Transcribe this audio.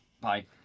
bye